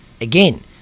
Again